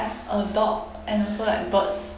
I have a dog and also like birds